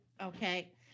Okay